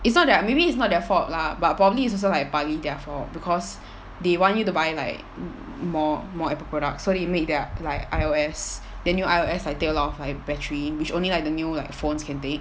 it's not tha~ maybe it's not their fault lah but probably is also like partly their fault because they want you to buy like more more apple products so they make their like I_O_S than your I_O_S like take a lot of like battery which only like the new like phones can take